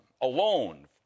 alone